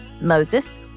Moses